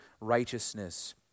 righteousness